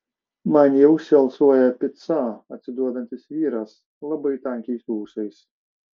man į ausį alsuoja pica atsiduodantis vyras labai tankiais ūsais